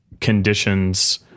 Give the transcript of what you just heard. conditions